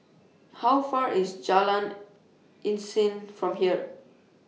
How Far IS Jalan Isnin from here